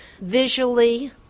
visually